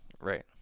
Right